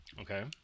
Okay